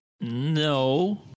No